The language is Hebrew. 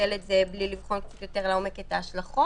לבטל את זה בלי לבחון קצת יותר לעומק את ההשלכות.